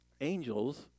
angels